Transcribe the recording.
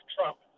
Trump